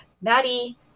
maddie